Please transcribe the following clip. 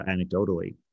anecdotally